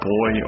Boy